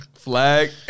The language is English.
Flag